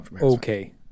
okay